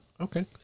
Okay